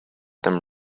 them